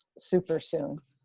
super soon